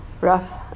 rough